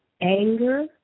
anger